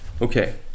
Okay